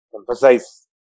emphasize